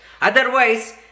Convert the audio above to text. otherwise